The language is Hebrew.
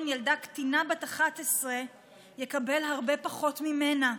ילדה קטינה בת 11 יקבל הרבה פחות ממנה,